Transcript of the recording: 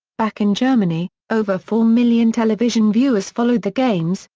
back in germany, over four million television viewers followed the games,